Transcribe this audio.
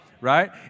Right